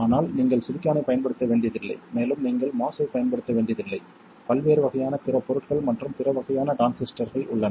ஆனால் நீங்கள் சிலிக்கானைப் பயன்படுத்த வேண்டியதில்லை மேலும் நீங்கள் MOS ஐப் பயன்படுத்த வேண்டியதில்லை பல்வேறு வகையான பிற பொருட்கள் மற்றும் பிற வகையான டிரான்சிஸ்டர்கள் உள்ளன